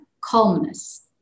calmness